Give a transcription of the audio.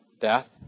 death